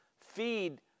feed